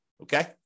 Okay